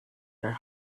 their